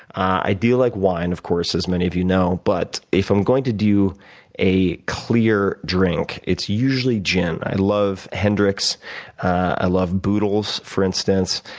i do like wine, of course, as many of you know. but if i'm going to do a clear drink, it's usually gin. i love hendricks i love boodles, for instance.